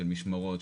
של משמרות,